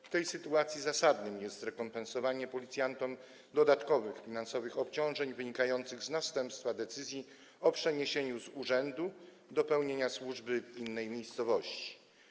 W tej sytuacji zasadne jest zrekompensowanie policjantom dodatkowych finansowych obciążeń wynikających z następstwa decyzji o przeniesieniu z urzędu do pełnienia służby w innej miejscowości.